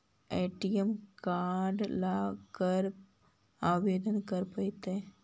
ATM card ल कहा आवेदन करे पड़तै?